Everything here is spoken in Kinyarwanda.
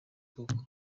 koko